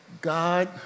God